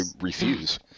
refuse